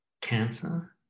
cancer